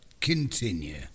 Continue